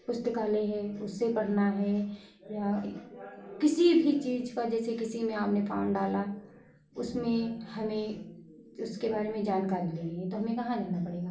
पुस्तकालय है उससे पढ़ना है या किसी भी चीज पर जैसे किसी में आपने फार्म डाला उसमें हमें उसके बारे में जानकारी लेनी है तो हमें कहाँ जाना पड़ेगा